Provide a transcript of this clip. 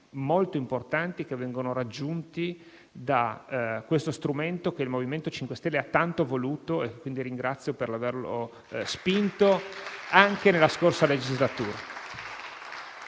molto importanti, che vengono raggiunti da questo strumento che il MoVimento 5 Stelle ha tanto voluto e che ringrazio per aver spinto anche nella scorsa legislatura.